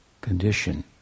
condition